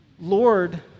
Lord